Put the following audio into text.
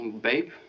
Babe